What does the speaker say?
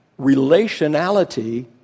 relationality